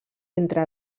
entre